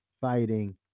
fighting